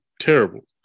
terrible